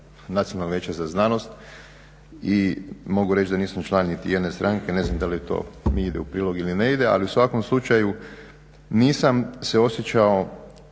Hvala vam